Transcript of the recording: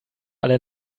alle